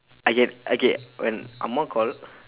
I get I get when amma call